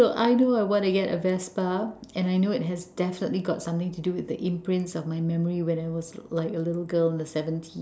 so I know I want to get a vespa and I know it has definitely got something to do with the imprints of my memory when I was like a little girl in the seven